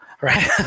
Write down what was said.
right